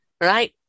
right